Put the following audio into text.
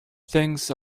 thinks